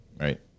Right